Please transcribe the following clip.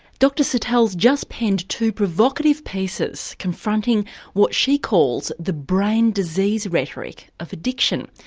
dr satel has just penned two provocative pieces confronting what she calls the brain disease rhetoric of addiction.